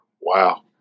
Wow